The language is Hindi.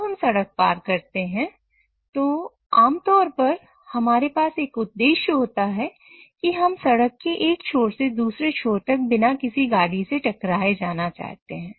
जब हम सड़क पार करते हैं आम तौर पर हमारे पास एक उद्देश्य होता है कि हम सड़क के एक छोर से दूसरी छोर तक बिना किसी गाड़ी से टकराए जाना चाहते हैं